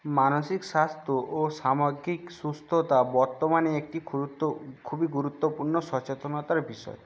মানসিক স্বাস্থ্য ও সামগ্রিক সুস্থতা বর্তমানে একটি খুরুত্ব খুবই গুরুত্বপূর্ণ সচেতনতার বিষয়